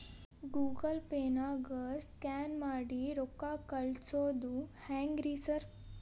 Google ಪೇನಾಗ scan ಮಾಡಿ ರೊಕ್ಕಾ ಕಳ್ಸೊದು ಹೆಂಗ್ರಿ ಸಾರ್?